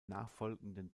nachfolgenden